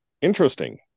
interesting